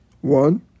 One